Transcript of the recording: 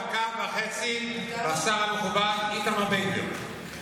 דקה וחצי, והשר המכובד איתמר בן גביר.